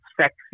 sexy